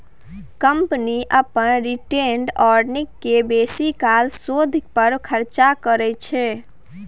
company अपन retained earning केँ बेसीकाल शोध पर खरचा करय छै